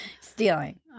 Stealing